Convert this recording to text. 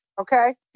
Okay